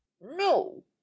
No